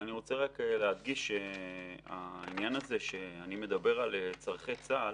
אני רוצה רק להדגיש שהעניין הזה שאני מדבר על צורכי צה"ל,